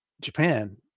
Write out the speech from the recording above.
Japan